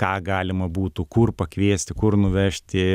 ką galima būtų kur pakviesti kur nuvežti